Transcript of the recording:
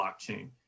blockchain